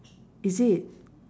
is it